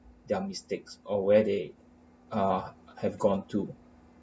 their mistakes or where they ah have gone to